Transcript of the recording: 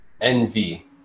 envy